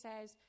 says